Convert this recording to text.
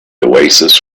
oasis